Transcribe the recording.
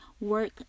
work